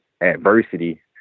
adversity